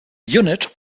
unit